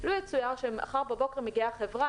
לו יצויר שמחר בבוקר מגיעה חברה,